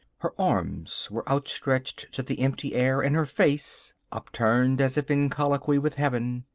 her arms were outstretched to the empty air, and her face, upturned as if in colloquy with heaven,